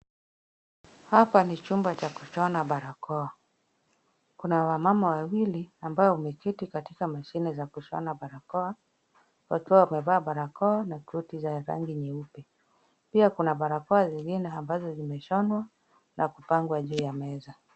Hapa ni chumba cha kushona barakoa. Kuna wamama wawili ambao wameketi katika mashine za kushona barakoa, wakiwa wamevaa barakoa na koti za rangi nyeupe, pia kuna barakoa zingine ambazo zimshonwa na kupangwa juu ya meza.